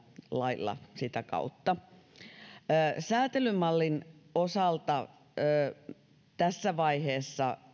sitä kautta säätelymallin osalta tässä vaiheessa